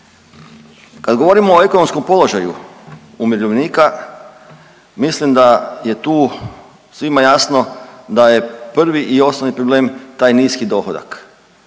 Kad govorimo o ekonomskom položaju umirovljenika, mislim da je tu svima jasno da je prvi i osnovni problem taj niski dohodak.